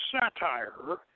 satire